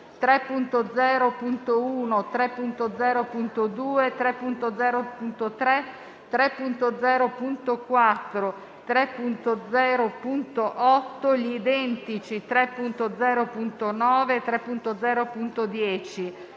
3.0.1, 3.0.2, 3.0.3, 3.0.4, 3.0.8, gli identici 3.0.9 e 3.0.10,